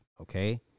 okay